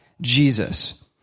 Jesus